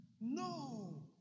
No